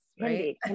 right